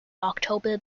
october